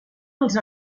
els